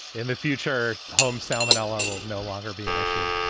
in the future home salmonella will no longer be an issue.